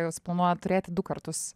jūs planuojat turėti du kartus